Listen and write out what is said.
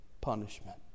punishment